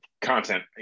content